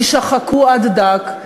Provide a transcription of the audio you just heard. יישחקו עד דק.